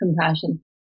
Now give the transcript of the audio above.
compassion